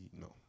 No